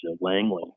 Langley